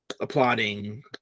applauding